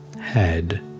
head